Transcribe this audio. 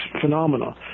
phenomena